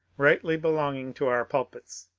rightly belonging to our pulpits.